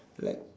like